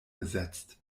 besetzt